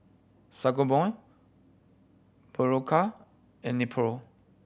Sangobion Berocca and Nepro